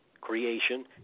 creation